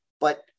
but-